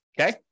okay